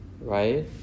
right